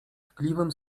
tkliwym